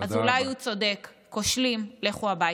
אז אולי הוא צודק, כושלים, לכו הביתה.